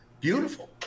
beautiful